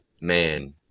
Man